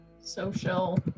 Social